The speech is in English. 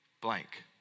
Blank